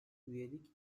üyelik